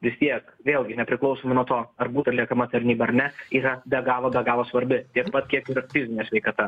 vis tiek vėlgi nepriklausomai nuo to ar būtų atliekama tarnyba ar ne yra be galo be galo svarbi tiek pat kiek ir fizinė sveikata